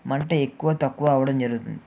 మంట ఎక్కువ తక్కువ అవ్వడం జరుగుతుంది